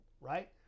right